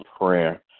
prayer